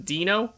Dino